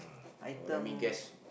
item